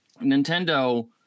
Nintendo